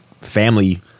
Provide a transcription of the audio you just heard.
family